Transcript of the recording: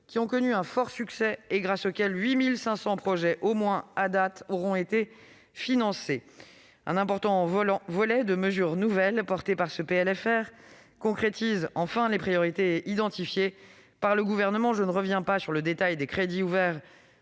qui ont connu un fort succès, et grâce auxquels 8 500 projets au moins auront été financés. Un important volet de mesures nouvelles portées par ce PLFR concrétise en outre les priorités identifiées par le Gouvernement. Je ne reviens pas sur le détail des crédits ouverts